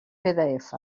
pdf